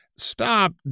Stop